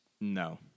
No